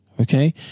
Okay